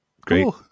great